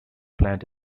plant